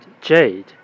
jade